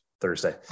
Thursday